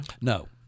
No